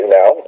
now